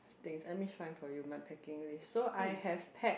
things let me find for you my packing list so I have packed